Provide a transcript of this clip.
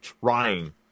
trying